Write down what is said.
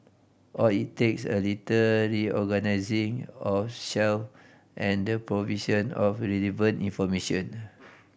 all it takes a little reorganising of shelf and the provision of relevant information